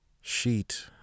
sheet